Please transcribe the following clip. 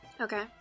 Okay